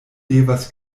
devas